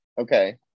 okay